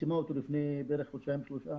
היא סיימה אותו לפני בערך חודשיים-שלושה